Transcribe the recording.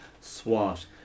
SWAT